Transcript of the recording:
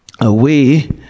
away